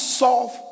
solve